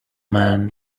man